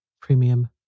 Premium